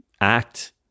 act